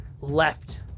left